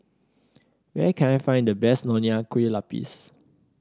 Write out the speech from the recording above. where can I find the best Nonya Kueh Lapis